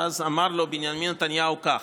ואז אמר לו בנימין נתניהו כך: